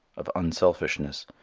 of unselfishness,